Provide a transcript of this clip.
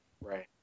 right